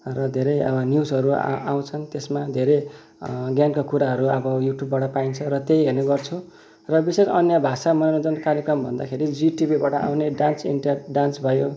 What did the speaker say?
र धेरै अब न्युजहरू आउँछन् त्यसमा धेरै ज्ञानका कुराहरू अब युट्युबबाट पाइन्छ र त्यही हेर्ने गर्छु र विशेष अन्य भाषामा मनोरञ्जन कार्यक्रम भन्दाखेरि जिटिभीबाट आउने डान्स इन्डिया डान्स भयो